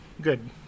Good